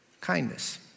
Kindness